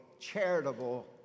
charitable